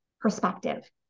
perspective